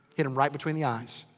hit him right between the eyes.